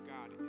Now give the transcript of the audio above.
God